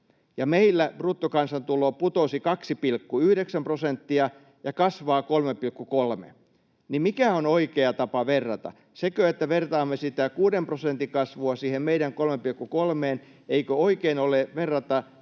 meillä bruttokansantulo putosi 2,9 prosenttia ja kasvaa 3,3. Mikä on oikea tapa verrata? Sekö, että vertaamme sitä 6 prosentin kasvua siihen meidän 3,3:een? Eikö oikein ole verrata